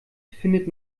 findet